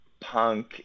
punk